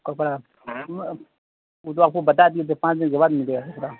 کپڑا وہ تو آپ کو بتا دیے تھے پانچ دن کے بعد ملے گا کپڑا